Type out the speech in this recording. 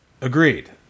Agreed